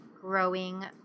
growing